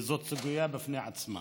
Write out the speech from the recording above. וזאת סוגיה בפני עצמה.